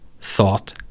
thought